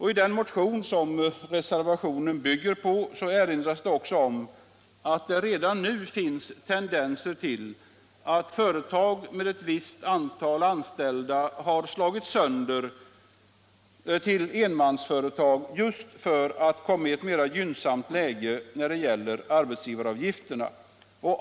I den motion som reservationen bygger på erinras också om att det redan nu finns tendenser till att företag med ett visst antal anställda slås sönder till enmansföretag just för att skapa ett mera gynnsamt läge när det gäller arbetsgivaravgifterna.